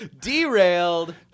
Derailed